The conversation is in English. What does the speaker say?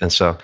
and so